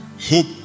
Hope